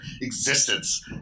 existence